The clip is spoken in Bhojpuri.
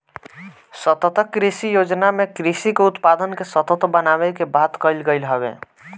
सतत कृषि योजना में कृषि के उत्पादन के सतत बनावे के बात कईल गईल हवे